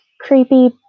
creepy